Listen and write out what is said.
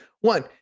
One